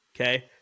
Okay